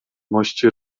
mości